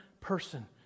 person